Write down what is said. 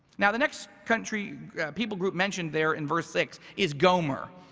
now the next country people group mentioned there in verse six is gomer.